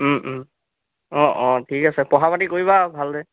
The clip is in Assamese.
অঁ অঁ পঢ়া পাতি কৰিবা ভালকৈ